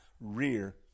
rear